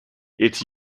its